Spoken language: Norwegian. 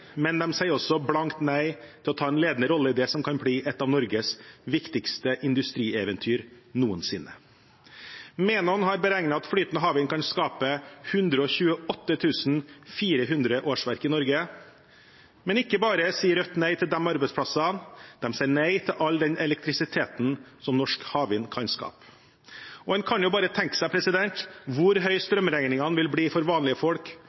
men de sier også blankt nei til å ta en ledende rolle i det som kan bli et av Norges viktigste industrieventyr noensinne. Menon har beregnet at flytende havvind kan skape 128 400 årsverk i Norge, men ikke bare sier Rødt nei til de arbeidsplassene, de sier nei til all den elektrisiteten som norsk havvind kan skape. En kan jo bare tenke seg hvor høye strømregningene vil bli for vanlige folk